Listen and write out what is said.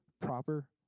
proper